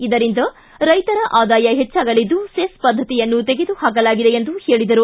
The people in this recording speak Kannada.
ಇದರಿಂದ ರೈತರ ಆದಾಯ ಹೆಚ್ಚಾಗಲಿದ್ದು ಸೆಸ್ ಪದ್ಧತಿಯನ್ನು ತೆಗೆದು ಹಾಕಲಾಗಿದೆ ಎಂದರು